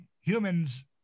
humans